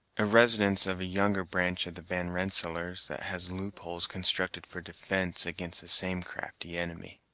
a residence of a younger branch of the van rensselaers, that has loopholes constructed for defence against the same crafty enemy,